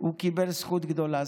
הוא קיבל זכות גדולה.